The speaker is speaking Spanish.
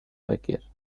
baker